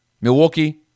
Milwaukee